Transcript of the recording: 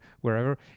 wherever